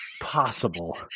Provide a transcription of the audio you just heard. possible